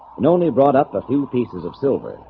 i only brought up a few pieces of silver